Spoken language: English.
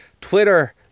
Twitter